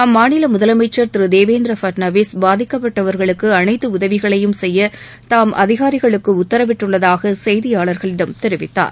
அம்மாநில முதலமைச்சர் திரு தேவேந்திர பட்னாவிஸ் பாதிக்கப்பட்டவர்களுக்கு அனைத்து உதவிகளையும் செய்ய தாம் அதிகாிகளுக்கு உத்தரவிட்டுள்ளதாக செய்தியாளா்களிடம் தெரிவித்தார்